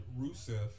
Rusev